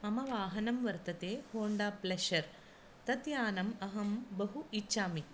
मम वाहनं वर्तते होन्डा प्लशर् तद्यानम् अहं बहु इच्छामि